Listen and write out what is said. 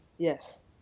Yes